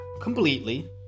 completely